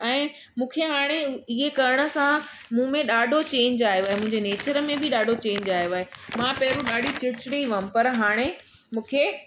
ऐं मूंखे हाणे इहे करण सां मूं में ॾाढो चेंज आयो आहे मुंहिंजे नेचर में बि ॾाढो चेंज आहियो आहे मां पहिरीं ॾाढो चिढ़चिढ़ी हुअमि पर हाणे मूंखे